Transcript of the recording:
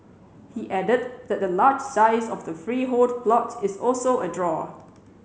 he added that the large size of the freehold plot is also a draw